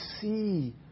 see